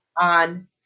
on